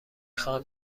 خواهم